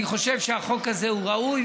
אני חושב שהחוק הזה הוא ראוי,